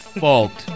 fault